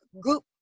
group